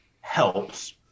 helps